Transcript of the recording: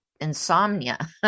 insomnia